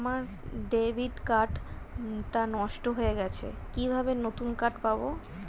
আমার debit card টা নষ্ট হয়ে গেছে কিভাবে নতুন কার্ড পাব?